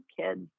kids